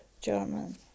german